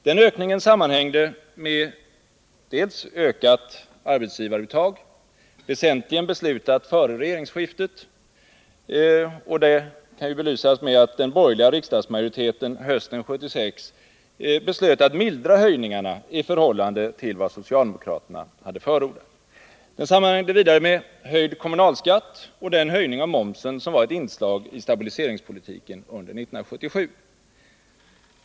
Den ökningen berodde delvis på ett ökat arbetsgivaruttag, väsentligen beslutat före regeringsskiftet, och det kan belysas med att den borgerliga riksdagsmajoriteten hösten 1976 beslöt mildra höjningarna i förhållande till vad socialdemokraterna hade förordat. Den ökade skattekvoten sammanhängde vidare med höjd kommunalskatt och den höjning av momsen som var ett inslag i stabiliseringspolitiken under 1977.